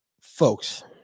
Folks